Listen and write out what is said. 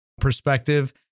perspective